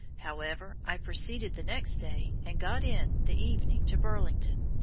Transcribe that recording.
however, i proceded the next day and got in the evening to burlington.